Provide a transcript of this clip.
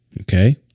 Okay